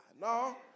No